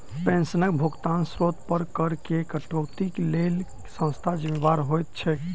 पेंशनक भुगतानक स्त्रोत पर करऽ केँ कटौतीक लेल केँ संस्था जिम्मेदार होइत छैक?